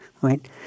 right